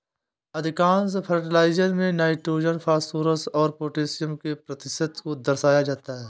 अधिकांश फर्टिलाइजर में nitrogen, phosphorus और पौटेशियम के प्रतिशत को दर्शाया जाता है